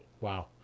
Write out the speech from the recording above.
wow